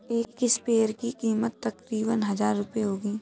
एक स्प्रेयर की कीमत तकरीबन हजार रूपए होगी